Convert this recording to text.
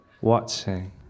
watching